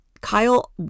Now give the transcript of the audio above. Kyle